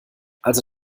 also